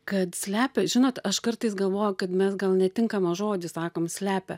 kad slepia žinot aš kartais galvoju kad mes gal netinkamą žodį sakom slepia